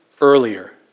earlier